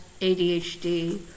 ADHD